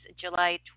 July